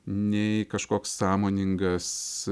nei kažkoks sąmoningas